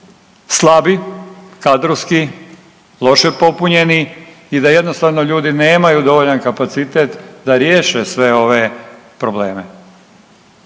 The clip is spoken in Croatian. slabi kadrovski, loše popunjeni i da jednostavno ljudi nemaju dovoljan kapacitet da riješe sve ove probleme.